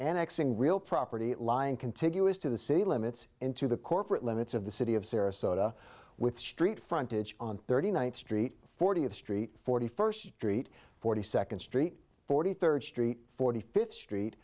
axing real property lying contiguous to the city limits into the corporate limits of the city of sarasota with street frontage on thirty ninth street fortieth street forty first street forty second street forty third street forty fifth street